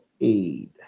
aid